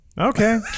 Okay